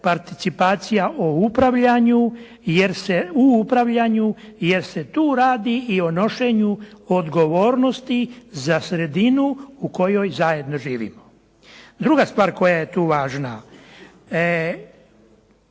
participacija u upravljanju jer se tu radi i o nošenju odgovornosti za sredinu u kojoj zajedno živimo. Druga stvar koja je tu važna.